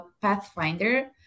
Pathfinder